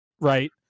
right